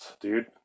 dude